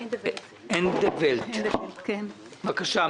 אנדוולט ממשרד הבריאות, בבקשה.